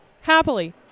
happily